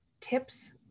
tips